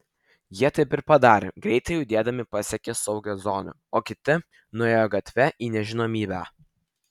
jie taip ir padarė greitai judėdami pasiekė saugią zoną o kiti nuėjo gatve į nežinomybę